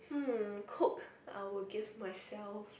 hmm cook I will give myself